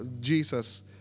Jesus